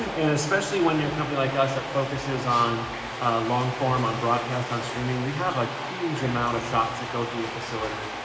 and especially when you're a company like us that focuses on on long form, on broadcast, on streaming, we have a huge amount of shots that go through the facility,